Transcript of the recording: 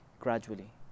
Gradually